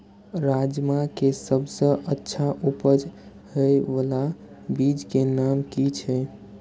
राजमा के सबसे अच्छा उपज हे वाला बीज के नाम की छे?